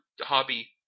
hobby